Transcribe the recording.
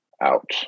Out